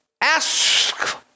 ask